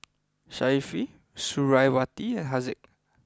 Suriawati and Haziq